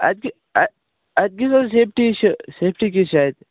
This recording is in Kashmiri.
اَتِہ کِژھ حظ سیفٹی چھِ سیفٹی کِژھ چھِ اَتہِ